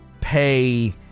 pay